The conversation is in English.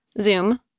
Zoom